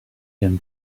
him